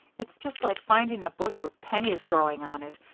it's just like finding a bush with pennies growing on it,